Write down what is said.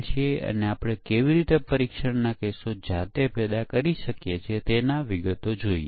તેથી આપણે પરીક્ષણના કેસોની રચના કેમ કરવી જોઈએ